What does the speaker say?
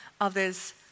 others